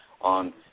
on